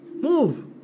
move